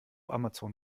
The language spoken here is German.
amazon